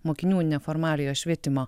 mokinių neformaliojo švietimo